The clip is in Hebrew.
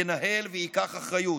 ינהל וייקח אחריות.